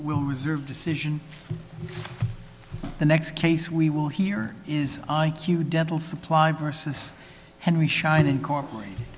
we'll reserve decision the next case we will hear is i q dental supply versus henry schein incorporated